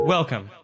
Welcome